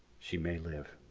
she may live.